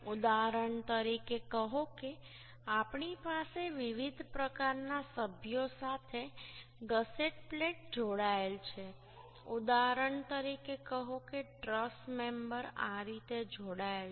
ઉદાહરણ તરીકે કહો કે આપણી પાસે વિવિધ પ્રકારના સભ્યો સાથે ગસેટ પ્લેટ જોડાયેલ છે ઉદાહરણ તરીકે કહો કે ટ્રસ મેમ્બર આ રીતે જોડાયેલ છે